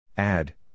Add